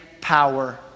power